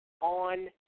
on